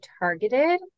targeted